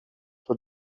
for